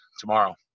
tomorrow